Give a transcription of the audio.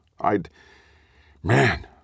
I'd—man